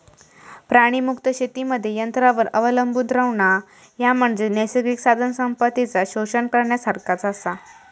प्राणीमुक्त शेतीमध्ये यंत्रांवर अवलंबून रव्हणा, ह्या म्हणजे नैसर्गिक साधनसंपत्तीचा शोषण करण्यासारखाच आसा